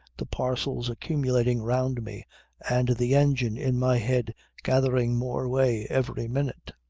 the parcels accumulating round me and the engine in my head gathering more way every minute.